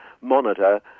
monitor